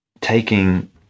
taking